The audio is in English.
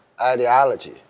ideology